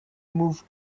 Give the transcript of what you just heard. move